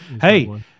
Hey